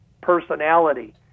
personality